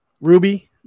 Ruby